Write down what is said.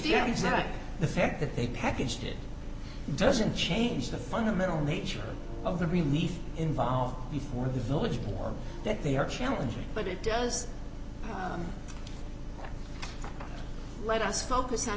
that the fact that they packaged it doesn't change the fundamental nature of the relief involved before the village or that they are challenging but it does let us focus on